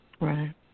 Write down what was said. Right